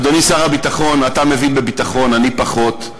אדוני שר הביטחון, אתה מבין בביטחון, אני פחות.